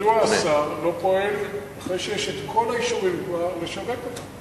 מדוע השר לא פועל אחרי שיש כבר את כל האישורים לשווק אותן?